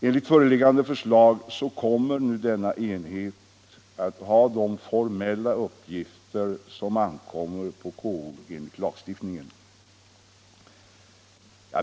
Enligt föreliggande förslag kommer nu denna enhet att ha de formella uppgifter som ankommer på KO enligt lagstiftningen.